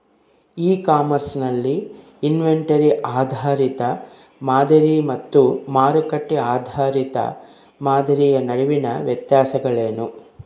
E commerce ನಲ್ಲಿ inventory ಆಧಾರಿತ ಮಾದರಿ ಮತ್ತು ಮಾರುಕಟ್ಟೆ ಆಧಾರಿತ ಮಾದರಿಯ ನಡುವಿನ ವ್ಯತ್ಯಾಸಗಳೇನು?